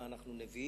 מה זה, אנחנו נביאים?